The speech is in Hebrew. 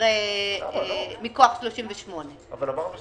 יקרה מכוח 38. על הנוסח